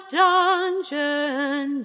dungeon